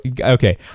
okay